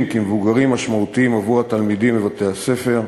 כמבוגרים משמעותיים עבור התלמידים בבתי-הספר.